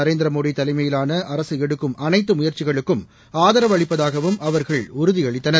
நரேந்திர மோடி தலைமையிலான அரசு எடுக்கும் அனைத்து முயற்சிகளுக்கு ஆதரவளிப்பதாகவும் அவர்கள் உறுதி அளித்தனர்